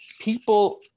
people